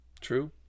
True